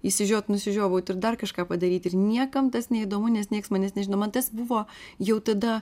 išsižiot nusižiovaut ir dar kažką padaryt ir niekam tas neįdomu nes nieks manęs nežino man tas buvo jau tada